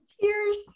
Cheers